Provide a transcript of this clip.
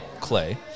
Clay